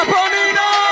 Bonino